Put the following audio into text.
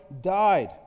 died